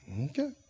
Okay